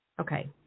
Okay